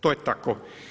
To je tako.